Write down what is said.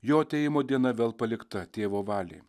jo atėjimo diena vėl palikta tėvo valiai